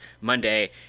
Monday